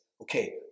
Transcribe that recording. Okay